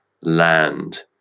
land